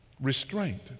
restraint